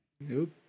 Nope